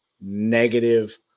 negative